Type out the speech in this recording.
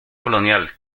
colonial